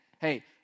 hey